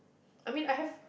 I mean I have